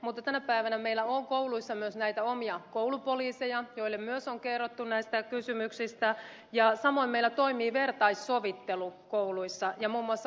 mutta tänä päivänä meillä on kouluissa myös näitä omia koulupoliiseja joille myös on kerrottu näistä kysymyksistä samoin meillä toimii vertaissovittelu kouluissa ja muun muassa oppilashuoltoryhmät